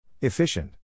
Efficient